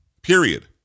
period